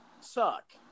suck